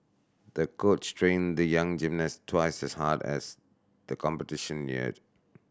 the coach trained the young gymnast twice as hard as the competition neared